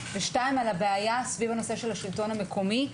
ודבר שני על הבעיה סביב הנושא של השלטון המקומי.